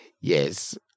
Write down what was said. Yes